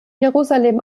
jerusalem